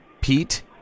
Pete